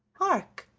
hark!